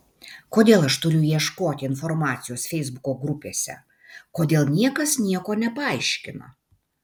kodėl aš turiu ieškoti informacijos feisbuko grupėse kodėl niekas nieko nepaaiškina